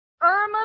Irma